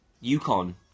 Yukon